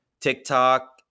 TikTok